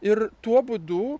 ir tuo būdu